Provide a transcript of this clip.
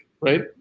right